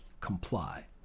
comply